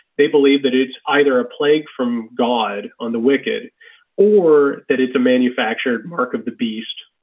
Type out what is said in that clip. they believe that it's either a plague from god on the wicked or that it's a manufactured mark of the beast,